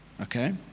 okay